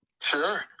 Sure